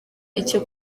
icyo